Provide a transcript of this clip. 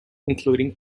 including